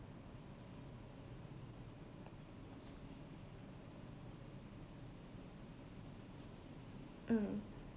mm